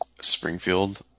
Springfield